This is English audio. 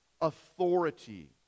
authority